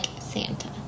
Santa